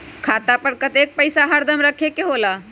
खाता पर कतेक पैसा हरदम रखखे के होला?